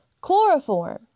Chloroform